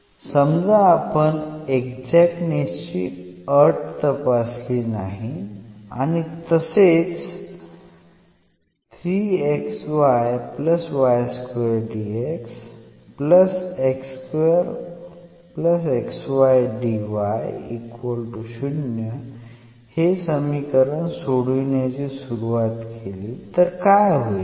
समजा आपण एक्झाक्टनेस ची अट तपासली नाही आणि तसेच हे समीकरण सोडवण्याची सुरुवात केली तर काय होईल